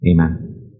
amen